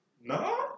No